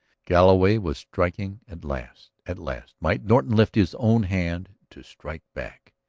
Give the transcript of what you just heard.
galloway was striking at last at last might norton lift his own hand to strike back.